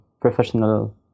professional